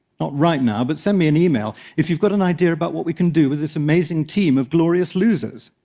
not right now, but send me an email if you've got an idea about what we can do with this amazing team of glorious losers.